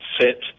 sit